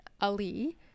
Ali